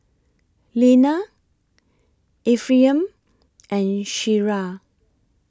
Leanna Ephriam and Shira